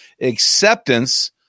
acceptance